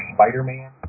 Spider-Man